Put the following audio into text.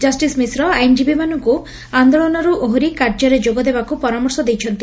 ଜଷିସ ମିଶ୍ର ଆଇନଜୀବୀମାନଙ୍କୁ ଆନ୍ଦୋଳନରୁ ଓହରି କାର୍ଯ୍ୟରେ ଯୋଗଦେବାକୁ ପରାମର୍ଶ ଦେଇଛନ୍ତି